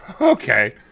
okay